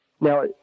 Now